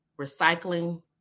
recycling